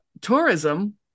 tourism